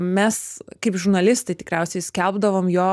mes kaip žurnalistai tikriausiai skelbdavom jo